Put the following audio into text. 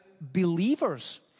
believers